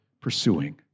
pursuing